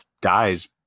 dies